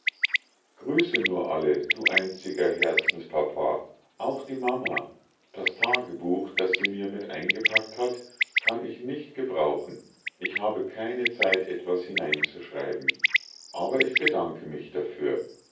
grüße nur alle du einziger herzenspapa auch die mama das tagebuch das sie mir mit eingepackt hat kann ich nicht gebrauchen ich habe keine zeit etwas hineinzuschreiben aber ich bedanke mich dafür